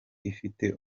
ifite